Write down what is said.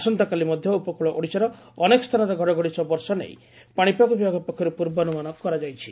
ଆସନ୍ତାକାଲି ମଧ୍ଧ ଉପକୃଳ ଓଡ଼ିଶାର ଅନେକ ସ୍ଚାନରେ ଘଡ଼ଘଡ଼ି ସହ ବର୍ଷା ସୟାବନା ନେଇ ପାଶିପାଗ ବିଭାଗ ପକ୍ଷରୁ ପ୍ରର୍ବାନୁମାନ କରାଯାଇଛି